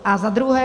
A za druhé.